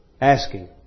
asking